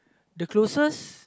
the closest